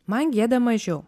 man gėda mažiau